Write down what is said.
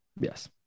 yes